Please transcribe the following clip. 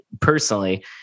personally